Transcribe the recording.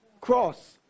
Cross